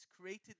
created